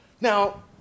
Now